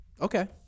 Okay